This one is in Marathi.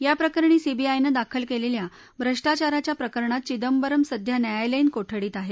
याप्रकरणी सीबीआयनं दाखल केलेल्या भ्रष्टाचाराच्या प्रकरणात चिदंबरम सध्या न्यायालयीन कोठडीत आहे